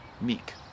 meek